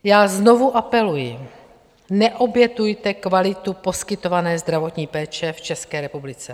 Já znovu apeluji, neobětujte kvalitu poskytované zdravotní péče v České republice!